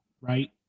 right